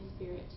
Spirit